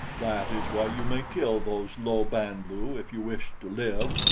that is why you may kill those low band-lu if you wish to live,